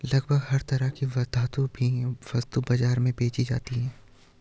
लगभग हर तरह की धातु भी वस्तु बाजार में बेंची जाती है